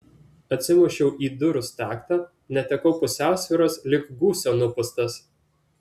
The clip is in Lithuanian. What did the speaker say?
atsimušiau į durų staktą netekau pusiausvyros lyg gūsio nupūstas